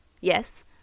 Yes